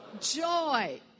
joy